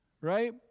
Right